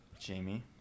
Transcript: Jamie